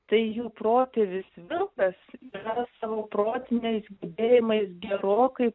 tai jų protėvis vilkas yra savo protiniais gebėjimais gerokai